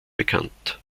bekannt